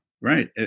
right